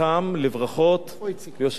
שאני יודע שעשו עבודה יסודית,